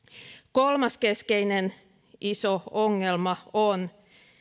kolmas keskeinen iso ongelma on